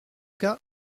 cas